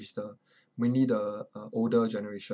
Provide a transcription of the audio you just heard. is the mainly the uh older generation